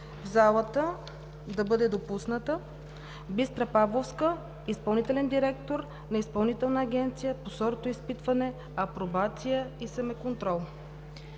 в залата да бъде допусната Бистра Павловска – изпълнителен директор на Изпълнителна агенция по сортоизпитване, апробация и семеконтрол.